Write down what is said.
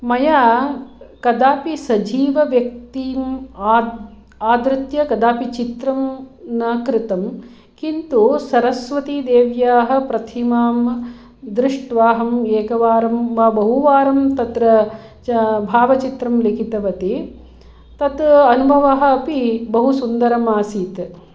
मया कदापि सजीवव्यक्तिम् आदृत्य कदापि चित्रं न कृतं किन्तु सरस्वतीदेव्याः प्रतिमां दृष्ट्वाहम् एकवारं वा बहुवारं तत्र भावचित्रं लिखितवती तत् अनुभवः अपि बहु सुन्दरः आसीत्